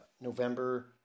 November